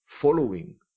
following